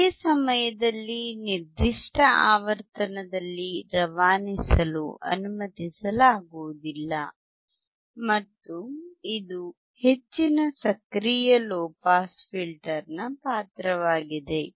ಅದೇ ಸಮಯದಲ್ಲಿ ನಿರ್ದಿಷ್ಟ ಆವರ್ತನದಲ್ಲಿ ರವಾನಿಸಲು ಅನುಮತಿಸಲಾಗುವುದಿಲ್ಲ ಮತ್ತು ಇದು ಹೆಚ್ಚಿನ ಸಕ್ರಿಯ ಲೊ ಪಾಸ್ ಫಿಲ್ಟರ್ ನ ಪಾತ್ರವಾಗಿದೆ